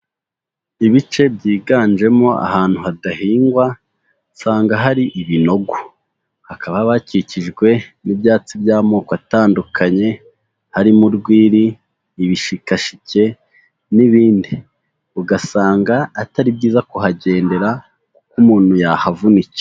Ibice byiganjemo ahantu hadahingwa, usanga hari ibinogo, hakaba hakikijwe n'ibyatsi by'amoko atandukanye, harimo urwiri, ibishikashike, n'ibindi, ugasanga atari byiza kuhagendera kuko umuntu yahavunikira.